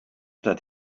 that